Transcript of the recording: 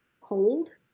cold